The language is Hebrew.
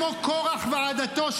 כמו קורח ועדתו,